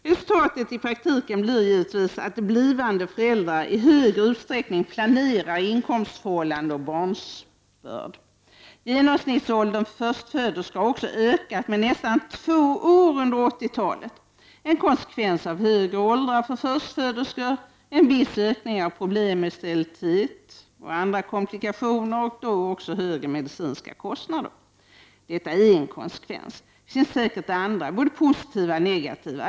Resultatet i praktiken blir givetvis att blivande föräldrar i större utsträckning planerar inkomstförhållanden och barnsbörd. Genomsnittsåldern för förstföderskor har också ökat med nästan två år under 80-talet. En konsekvens av högre åldrar för förstföderskor är en viss ökning av problem med sterilitet och andra komplikationer och då också högre medicinska kostnader. Detta är en konsekvens. Det finns säkert andra, både positiva och negativa.